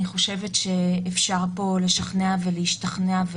אני חושבת שאפשר פה לשכנע ולהשתכנע,